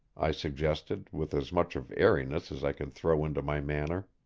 i suggested with as much of airiness as i could throw into my manner.